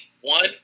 one